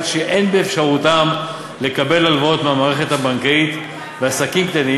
שאין באפשרותם לקבל הלוואות מהמערכת הבנקאית ועסקים קטנים.